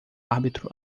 árbitro